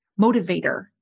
motivator